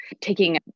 taking